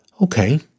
Okay